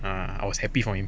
ah I was happy for him